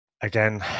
again